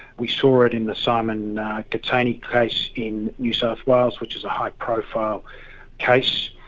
we saw it in the simon gittany case in new south wales, which is a high profile case.